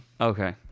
Okay